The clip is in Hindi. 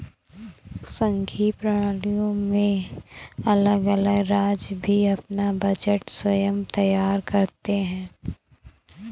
संघीय प्रणालियों में अलग अलग राज्य भी अपना बजट स्वयं तैयार करते हैं